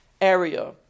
area